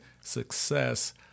success